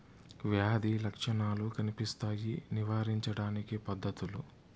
వ్యాధి లక్షణాలు కనిపిస్తాయి నివారించడానికి పద్ధతులు?